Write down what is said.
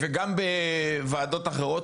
וגם בוועדות אחרות,